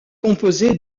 composé